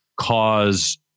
cause